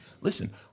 Listen